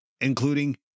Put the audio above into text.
including